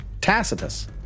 Tacitus